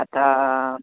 आता